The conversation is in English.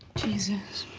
jesus.